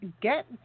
get